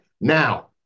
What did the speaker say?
Now